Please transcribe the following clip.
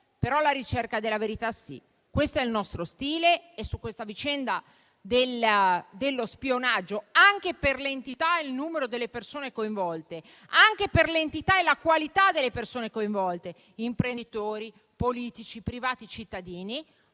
però la ricerca della verità sì: questo è il nostro stile e su questa vicenda dello spionaggio, anche per l'entità e il numero delle persone coinvolte, per l'entità e la qualità delle persone coinvolte - imprenditori, politici e privati cittadini